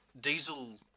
Diesel